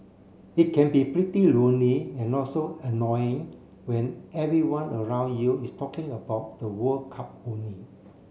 it can be pretty lonely and also annoying when everyone around you is talking about the World Cup only